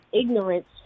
ignorance